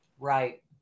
Right